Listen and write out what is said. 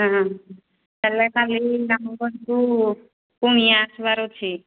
ହଁ ହେଲେ କାଲି ଆମ ଘରକୁ କୁଣିଆ ଆସିବାର ଅଛି